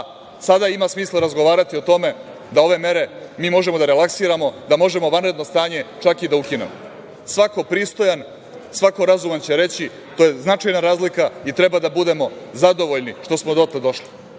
sada ima smisla razgovarati o tome da ove mere mi možemo da relaksiramo, da možemo vanredno stanje čak i da ukinemo. Svako pristojan, svako razuman će reći – to je značajna razlika i treba da budemo zadovoljni što smo dotle došli